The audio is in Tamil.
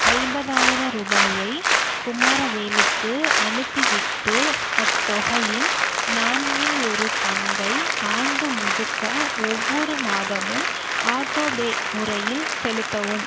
ஐம்பதாயிர ரூபாயை குமாரவேலுக்கு அனுப்பிவிட்டு அத்தொகையின் நான்கில் ஒரு பங்கை ஆண்டு முழுக்க ஒவ்வொரு மாதமும் ஆட்டோபே முறையில் செலுத்தவும்